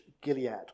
Gilead